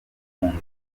nganda